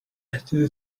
ati